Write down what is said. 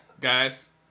guys